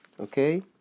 Okay